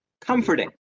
Comforting